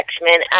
X-Men